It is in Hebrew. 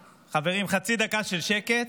חברים, חצי דקה של שקט,